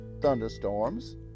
thunderstorms